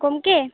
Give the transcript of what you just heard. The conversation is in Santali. ᱜᱚᱢᱠᱮ